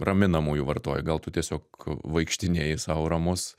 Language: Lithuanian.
raminamųjų vartoji gal tu tiesiog vaikštinėji sau ramus